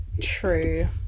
True